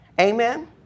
Amen